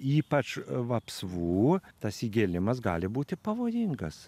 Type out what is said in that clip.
ypač vapsvų tas įgėlimas gali būti pavojingas